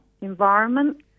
environment